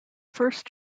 first